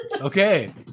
okay